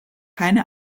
keine